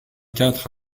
quatre